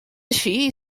així